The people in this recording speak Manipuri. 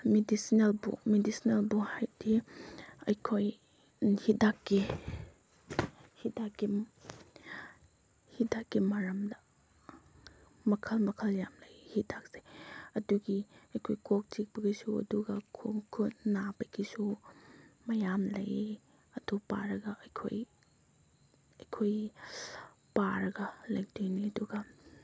ꯃꯤꯗꯤꯁꯤꯅꯦꯜ ꯕꯨꯛ ꯃꯤꯗꯤꯁꯤꯅꯦꯜ ꯕꯨꯛ ꯍꯥꯏꯗꯤ ꯑꯩꯈꯣꯏ ꯍꯤꯗꯥꯛꯀꯤ ꯍꯤꯗꯥꯛꯀꯤ ꯍꯤꯗꯥꯛꯀꯤ ꯃꯔꯝꯗ ꯃꯈꯜ ꯃꯈꯜ ꯌꯥꯝ ꯂꯩ ꯍꯤꯗꯥꯛꯁꯦ ꯑꯗꯨꯒꯤ ꯑꯩꯈꯣꯏ ꯀꯣꯛ ꯆꯤꯛꯄꯒꯤꯁꯨ ꯑꯗꯨꯒ ꯈꯣꯡ ꯈꯨꯠ ꯅꯥꯕꯒꯤꯁꯨ ꯃꯌꯥꯝ ꯂꯩ ꯑꯗꯨ ꯄꯥꯔꯒ ꯑꯩꯈꯣꯏ ꯑꯩꯈꯣꯏ ꯄꯥꯔꯒ ꯂꯦꯛꯇꯨꯅꯤ ꯑꯗꯨꯒ